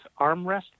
armrest